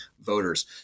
voters